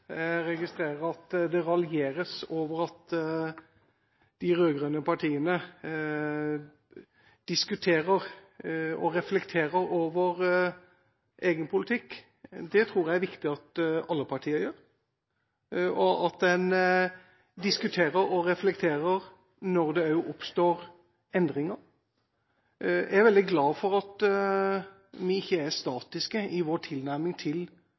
partiene diskuterer og reflekterer over egen politikk. Det tror jeg det er viktig at alle partier gjør, og at en diskuterer og reflekterer når det også oppstår endringer. Jeg er veldig glad for at vi ikke er statiske i vår tilnærming til